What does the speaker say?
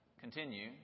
continue